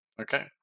Okay